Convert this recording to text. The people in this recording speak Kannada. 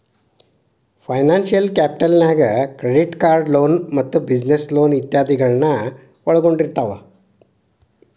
ಫೈನಾನ್ಸಿಯಲ್ ಕ್ಯಾಪಿಟಲ್ ನ್ಯಾಗ್ ಕ್ರೆಡಿಟ್ಕಾರ್ಡ್ ಲೊನ್ ಮತ್ತ ಬಿಜಿನೆಸ್ ಲೊನ್ ಇತಾದಿಗಳನ್ನ ಒಳ್ಗೊಂಡಿರ್ತಾವ